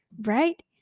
right